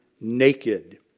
naked